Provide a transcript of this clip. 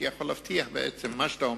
שיכול להבטיח בעצם את מה שאתה אומר,